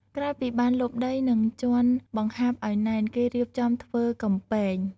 ក្រោយពីបានលុបដី និងជាន់បង្ហាប់ឱ្យណែន គេរៀបចំធ្វើកំពែង។